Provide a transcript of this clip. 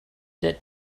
that